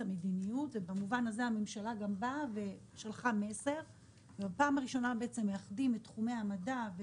יש כאן מסר מצד הממשלה: בפעם הראשונה מאחדים את תחומי המדע,